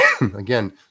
Again